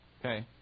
Okay